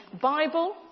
Bible